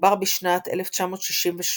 וחובר בשנת 1968,